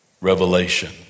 revelation